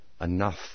enough